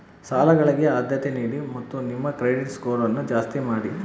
ಸಾಲಗಳಿಗೆ ಆದ್ಯತೆ ನೀಡಿ ಮತ್ತು ನಿಮ್ಮ ಕ್ರೆಡಿಟ್ ಸ್ಕೋರನ್ನು ಜಾಸ್ತಿ ಮಾಡಿ